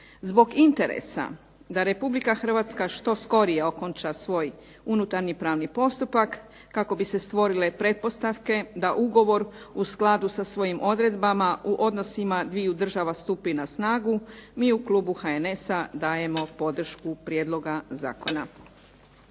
Zbog interesa da Republika Hrvatska što skorije okonča svoj unutarnji pravni postupak kako bi se stvorile pretpostavke da ugovor u skladu sa svojim odredbama u odnosima dviju država stupi na snagu mi u klubu HNS-a dajemo podršku prijedloga zakona.